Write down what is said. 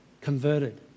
converted